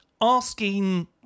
asking